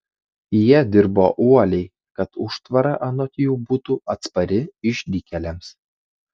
jie dirbo uoliai kad užtvara anot jų būtų atspari išdykėliams